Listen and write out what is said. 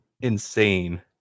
insane